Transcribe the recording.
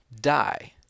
die